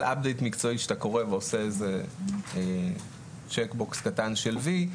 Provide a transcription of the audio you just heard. עדכון מקצועי שאתה קורא ועושה איזה סימון קטן של "וי".